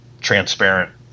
transparent